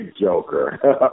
Joker